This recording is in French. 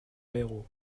héros